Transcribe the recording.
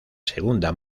segunda